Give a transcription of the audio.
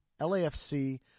LAFC